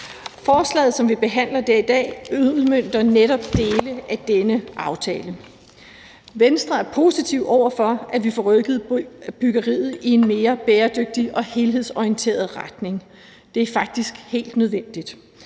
Forslaget, som vi behandler det i dag, udmønter netop dele af denne aftale. Venstre er positive over for, at vi får rykket byggeriet i en mere bæredygtig og helhedsorienteret retning. Det er faktisk helt nødvendigt,